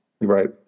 right